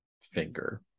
finger